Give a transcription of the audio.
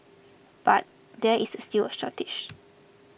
but there is still a shortage